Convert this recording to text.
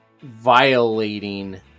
violating